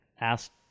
asked